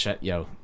Yo